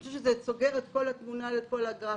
אני חושבת שזה סוגר את כל התמונה בכל הגרפים.